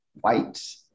white